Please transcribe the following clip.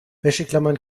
wäscheklammern